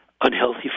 unhealthy